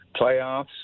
playoffs